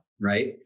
right